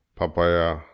Papaya